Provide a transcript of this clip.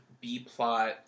B-plot